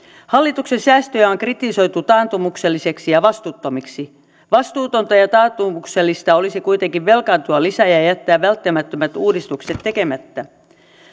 hallituksen säästöjä on kritisoitu taantumuksellisiksi ja vastuuttomiksi vastuutonta ja ja taantumuksellista olisi kuitenkin velkaantua lisää ja ja jättää välttämättömät uudistukset tekemättä